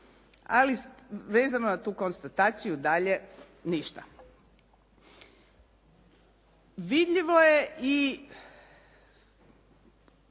Ali vezano na tu konstataciju dalje ništa. Vidljivo je i